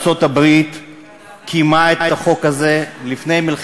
והמישהו הזה יכול להיות כל אחד.